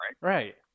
Right